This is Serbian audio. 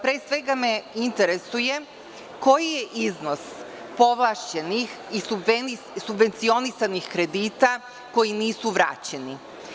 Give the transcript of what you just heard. Pre svega me interesuje koji je iznos povlašćenih i subvencionisanih kredita koji nisu vraćeni?